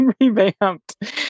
revamped